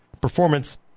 performance